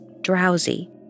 drowsy